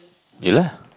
ya lah